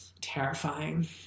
terrifying